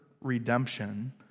redemption